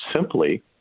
simply